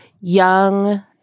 young